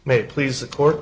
may please the court